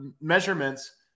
measurements